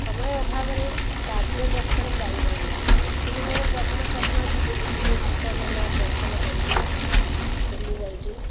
ସମୟ ଅଭାବରେ କାର୍ଯ୍ୟ ବ୍ୟସ୍ତରେ ଯାଇ ହେଉନି କିନ୍ତୁ ମୋର ପ୍ରଥମ ସ୍ଵପ୍ନ ଅଛି ଦିଲ୍ଲୀ ଯିବି କୁତବ୍ମିନାର୍ ଦର୍ଶନ କରିବି ଦିଲ୍ଲୀ ଯାଇକି